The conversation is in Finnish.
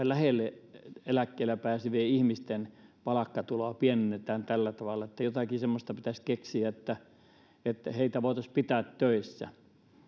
lähellä eläkkeelle pääsyä olevien ihmisten palkkatuloa pienennetään tällä tavalla niin että jotakin semmoista pitäisi keksiä että että heitä voitaisiin pitää töissä